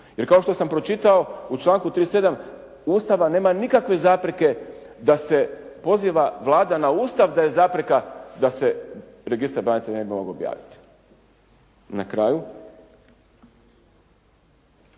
Jer kao što sam pročitao, u članku 37. Ustava nema nikakve zapreke da se poziva Vlada na Ustav da je zapreka da se registar branitelja ne bi mogao objaviti. Na kraju,